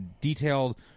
detailed